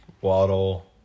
Waddle